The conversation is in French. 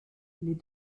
les